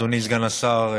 אדוני סגן השר,